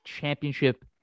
championship